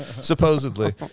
supposedly